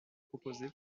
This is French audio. proposé